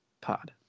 pod